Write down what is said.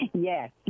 Yes